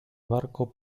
barco